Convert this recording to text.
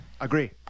Agree